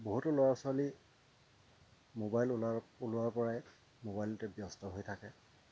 বহুতো ল'ৰা ছোৱালী মোবাইল ওলাল ওলোৱাৰপৰাই মোবাইলতে ব্যস্ত হৈ থাকে